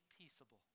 peaceable